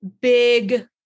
big